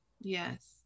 Yes